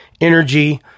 energy